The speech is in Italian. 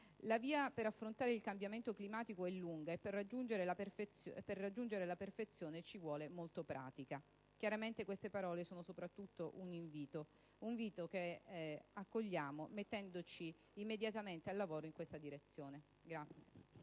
«La via per affrontare il cambiamento climatico è lunga e per raggiungere la perfezione ci vuole molta pratica». Chiaramente, queste parole sono soprattutto un invito; un invito che accogliamo mettendoci immediatamente al lavoro in questa direzione.